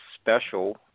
special